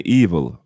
evil